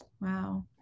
Wow